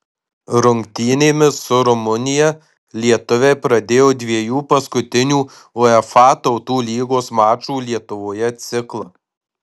rungtynėmis su rumunija lietuviai pradėjo dviejų paskutinių uefa tautų lygos mačų lietuvoje ciklą